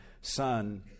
Son